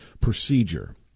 procedure